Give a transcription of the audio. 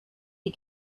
die